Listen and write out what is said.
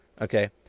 okay